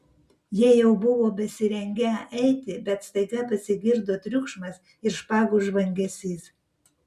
jie jau buvo besirengią eiti bet staiga pasigirdo triukšmas ir špagų žvangesys